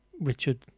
Richard